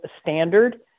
standard